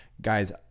guys